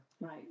Right